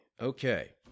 okay